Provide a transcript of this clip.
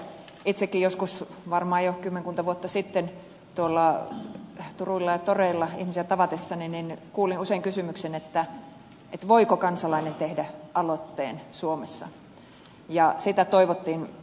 itsekin joskus varmaan jo kymmenkunta vuotta sitten tuolla turuilla ja toreilla ihmisiä tavatessani kuulin usein kysymyksen voiko kansalainen tehdä aloitteen suomessa ja sitä toivottiin